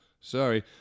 Sorry